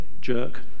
jerk